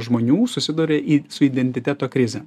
žmonių susiduria su identiteto krize